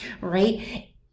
right